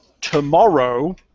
tomorrow